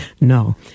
No